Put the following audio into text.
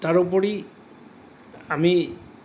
তাৰোপৰি আমি